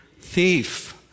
thief